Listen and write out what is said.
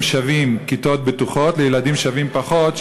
ששווים כיתות בטוחות לילדים שווים פחות,